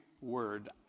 word